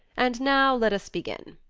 and now let us begin.